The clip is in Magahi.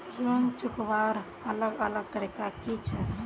ऋण चुकवार अलग अलग तरीका कि छे?